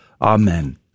Amen